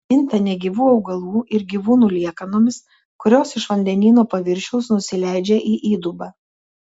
jie minta negyvų augalų ir gyvūnų liekanomis kurios iš vandenyno paviršiaus nusileidžia į įdubą